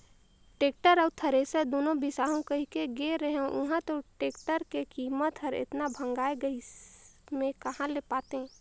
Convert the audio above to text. tractor अउ thresher दुनो बिसाहू कहिके गे रेहेंव उंहा तो टेक्टर के कीमत हर एतना भंगाए गइस में कहा ले पातें